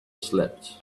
slept